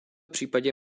případě